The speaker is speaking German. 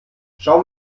schau